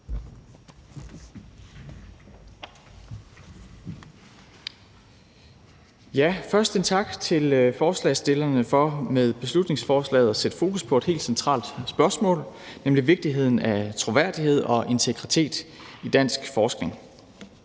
Først en tak til forslagsstillerne for med beslutningsforslaget at sætte fokus på et helt centralt spørgsmål, nemlig vigtigheden af troværdighed og integritet i dansk forskning.